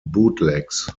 bootlegs